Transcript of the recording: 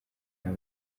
nka